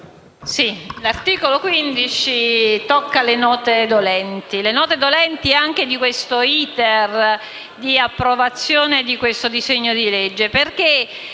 l'articolo 15 tocca le noti dolenti dell'*iter* di approvazione di questo disegno di legge.